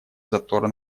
затора